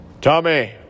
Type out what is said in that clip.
Tommy